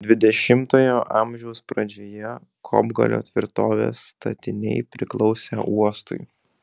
dvidešimtojo amžiaus pradžioje kopgalio tvirtovės statiniai priklausė uostui